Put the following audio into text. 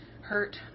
hurt